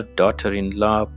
daughter-in-law